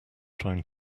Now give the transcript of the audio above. trying